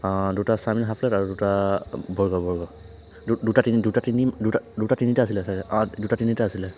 দুটা chowmein half plate আৰু দুটা বাৰ্গাৰ বাৰ্গাৰ দুটা তিনি দুটা তিনি দুটা দুটা তিনিটা আছিলা চাগে অ' দুটা তিনিটা আছিলে